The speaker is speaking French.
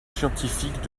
scientifiques